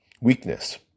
weakness